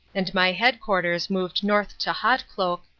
and my headquarters moved north to hautecloque,